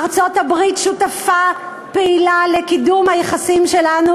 ארצות-הברית שותפה פעילה לקידום היחסים שלנו